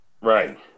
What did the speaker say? Right